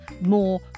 more